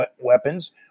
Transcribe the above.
weapons